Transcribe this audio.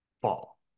fall